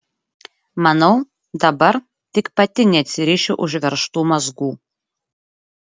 manau dabar tik pati neatsirišiu užveržtų mazgų